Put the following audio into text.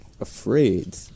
afraid